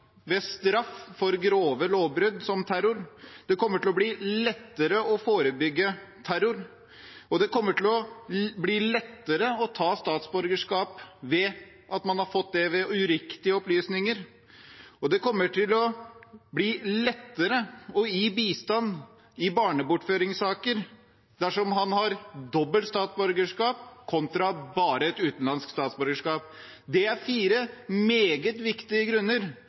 ved straff for grove lovbrudd som terror. Det kommer til å bli lettere å forebygge terror. Det kommer til å bli lettere å frata statsborgerskap når man har fått det ved å gi uriktige opplysninger, og det kommer til å bli lettere å gi bistand i barnebortføringssaker dersom man har dobbelt statsborgerskap kontra bare et utenlandsk statsborgerskap. Det er fire meget viktige grunner